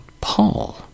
Paul